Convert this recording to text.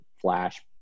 flash